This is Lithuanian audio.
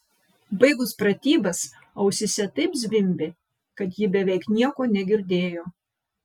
baigus pratybas ausyse taip zvimbė kad ji beveik nieko negirdėjo